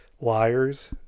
liars